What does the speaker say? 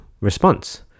response